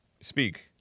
speak